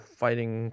fighting